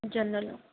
జొన్నలు